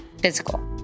physical